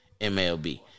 MLB